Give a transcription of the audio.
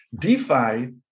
DeFi